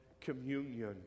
communion